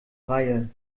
reihe